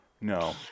No